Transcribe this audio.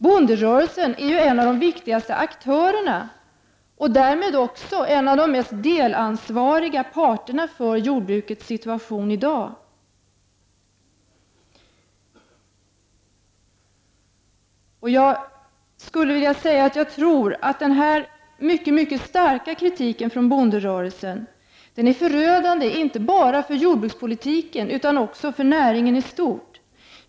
Bonderörelsen är ju en av de viktigaste aktörerna och därmed också en av de parter som bär störst ansvar för jordbrukets situation i dag. Jag tror att den mycket starka kritik som bonderörelsen givit är förödande inte bara för jordbrukspolitiken utan också för näringen i stort.